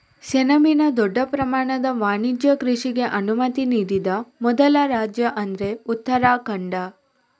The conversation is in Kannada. ಸೆಣಬಿನ ದೊಡ್ಡ ಪ್ರಮಾಣದ ವಾಣಿಜ್ಯ ಕೃಷಿಗೆ ಅನುಮತಿ ನೀಡಿದ ಮೊದಲ ರಾಜ್ಯ ಅಂದ್ರೆ ಉತ್ತರಾಖಂಡ